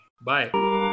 bye